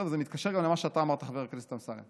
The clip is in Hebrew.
זה מתקשר גם למה שאתה אמרת, חבר הכנסת אמסלם.